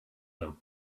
them